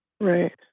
Right